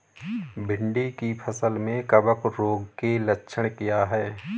भिंडी की फसल में कवक रोग के लक्षण क्या है?